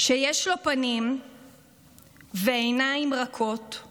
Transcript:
"הותר לפרסום / שיש לו פנים ועיניים רכות /